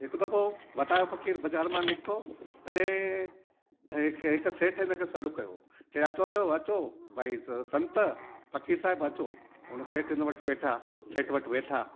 हिक दफ़ो वतायो फ़कीर बाज़ारि मां निकितो तॾहिं हिक हिक सेठ हिनखे सॾ कयो चई अचो अचो अचो भाई संत फ़कीर साहेब अचो हुन सेठ हिन वटि वेठा सेठ वटि वेठा